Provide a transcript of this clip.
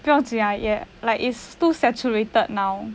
不要紧 lah 也 like is too saturated now